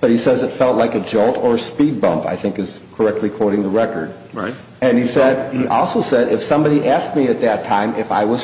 but he says it felt like a jolt or a speed bump i think is correctly quoting the record right and he said he also said if somebody asked me at that time if i was